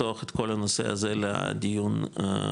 לפתוח את כל הנושא הזה לדיון מחודש.